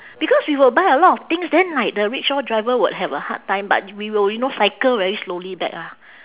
because we will buy a lot of things then like the rickshaw driver would have a hard time but we will you know cycle very slowly back lah